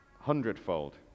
Hundredfold